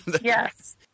Yes